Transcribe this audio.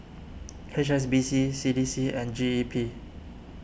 H S B C C D C and G E P